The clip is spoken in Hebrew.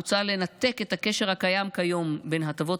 מוצע לנתק את הקשר הקיים כיום בין הטבות